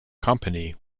company